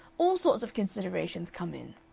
all sorts of considerations come in.